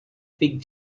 fig